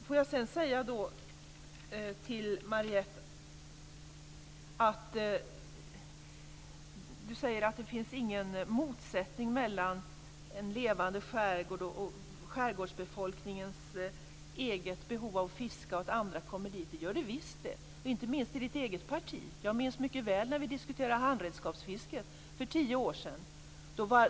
Marietta de Pourbaix-Lundin säger att det inte finns någon motsättning mellan en levande skärgård och skärgårdsbefolkningens eget behov av fiske och att andra kommer dit. Det gör det visst, inte minst tycker ni det i ditt eget parti. Jag minns mycket väl när vi diskuterade handredskapsfisket för tio år sedan.